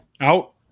Out